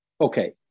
Okay